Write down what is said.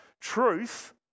truth